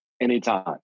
Anytime